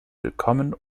willkommen